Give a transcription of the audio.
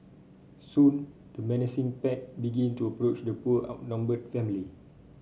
soon the menacing pack begin to approach the poor outnumbered family